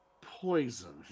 poison